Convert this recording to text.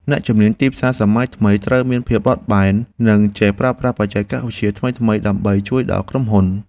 អ្នកជំនាញទីផ្សារសម័យថ្មីត្រូវមានភាពបត់បែន និងចេះប្រើប្រាស់បច្ចេកវិទ្យាថ្មីៗដើម្បីជួយដល់ក្រុមហ៊ុន។